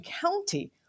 County